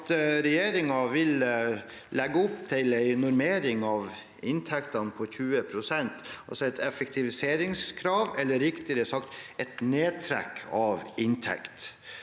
at regjeringen vil legge opp til en normering av inntektene på 20 pst., altså et effektiviseringskrav eller, riktigere sagt, et nedtrekk av inntekt.